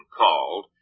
called